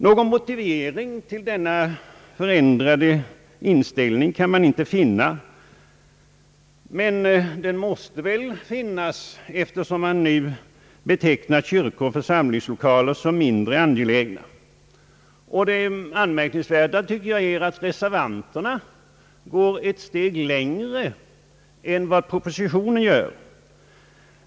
Någon motivering till denna föränd rade inställning kan man inte hitta, men den måste väl finnas, eftersom man nu betecknar kyrkor och samlingslokaler såsom mindre angelägna. Det anmärkningsvärda är att reservanterna går ett stycke längre än propositionen gör.